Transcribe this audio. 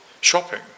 shopping